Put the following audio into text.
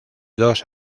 dos